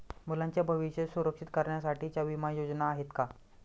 मुलांचे भविष्य सुरक्षित करण्यासाठीच्या विमा योजना आहेत का?